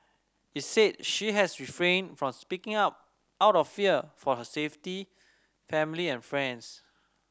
it said she has refrained from speaking up out of fear for her safety family and friends